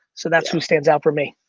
so that's who stands out for me.